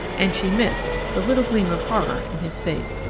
and she missed the little gleam of horror in his face.